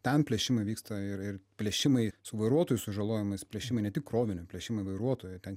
ten plėšimai vyksta ir ir plėšimai su vairuotoju sužalojimais plėšimai ne tik krovinio plėšimai vairuotojo ten